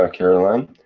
ah caroline.